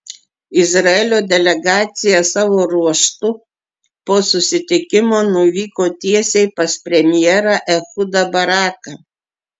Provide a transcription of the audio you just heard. izraelio delegacija savo ruožtu po susitikimo nuvyko tiesiai pas premjerą ehudą baraką